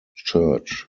church